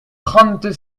trente